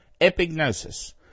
Epignosis